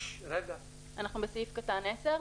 אנחנו בסעיף קטן (10).